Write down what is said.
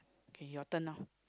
okay your turn now